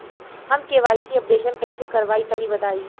हम KYC updation कइसे करवाई तनि बताई?